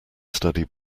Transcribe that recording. study